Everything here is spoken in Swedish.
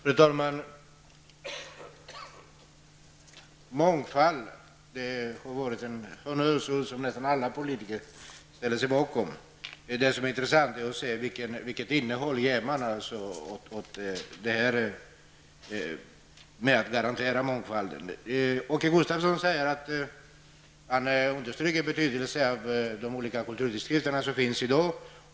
Fru talman! Mångfald är ett honnörsord som nästan alla politiker ställer sig bakom. Det intressanta är bara att se hur man vill garantera mångfalden. Åke Gustavsson understryker betydelsen av de olika kulturtidskrifter som finns i dag.